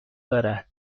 دارد